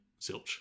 silch